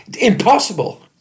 impossible